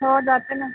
हो जाते ना